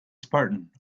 spartan